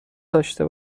داشته